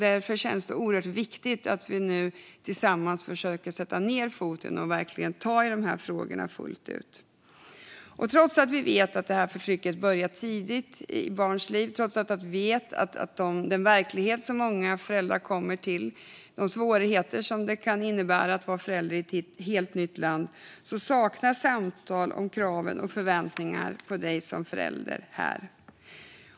Därför känns det oerhört viktigt att vi nu tillsammans försöker sätta ned foten och verkligen ta i de frågorna fullt ut. Trots att vi vet att förtrycket börjar tidigt i barns liv, trots att vi vet att den verklighet som många föräldrar kommer till och de svårigheter det kan innebära att vara förälder i ett helt nytt land saknas samtal om krav och förväntningar på en förälder här.